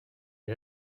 les